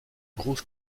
grosses